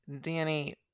Danny